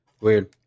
Weird